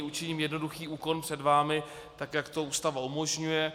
Učiním jednoduchý úkon před vámi, tak jak to Ústava umožňuje.